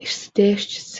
išsidėsčiusi